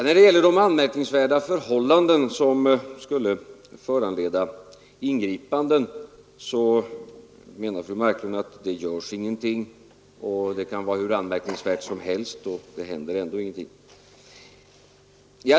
När det gäller anmärkningsvärda förhållanden som skulle föranleda ingripanden menar fru Marklund att ingenting görs, att det kan vara hur anmärkningsvärt som helst och ändå händer ingenting.